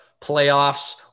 playoffs